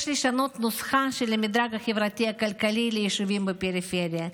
יש לשנות את הנוסחה של המדרג החברתי-הכלכלי ליישובים בפריפריה.